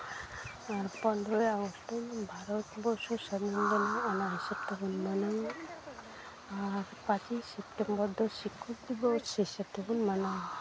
ᱟᱨ ᱯᱚᱱᱨᱳᱭ ᱟᱜᱚᱥᱴ ᱫᱚ ᱵᱦᱟᱨᱚᱛ ᱵᱚᱨᱥᱚ ᱥᱟᱹᱫᱷᱤᱱ ᱟᱠᱟᱱ ᱛᱟᱵᱚᱱᱟ ᱚᱱᱟ ᱦᱤᱥᱟᱹᱵ ᱛᱮᱵᱚᱱ ᱢᱟᱱᱟᱣᱟ ᱟᱨ ᱯᱟᱸᱪᱮᱭ ᱥᱮᱯᱴᱮᱢᱵᱚᱨ ᱫᱚ ᱥᱤᱠᱠᱷᱚᱠ ᱫᱤᱵᱚᱥ ᱦᱤᱥᱟᱹᱵ ᱛᱮᱵᱚᱱ ᱢᱟᱱᱟᱣᱟ